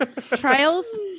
trials